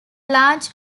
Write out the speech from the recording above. larger